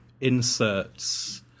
inserts